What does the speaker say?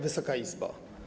Wysoka Izbo!